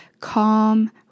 calm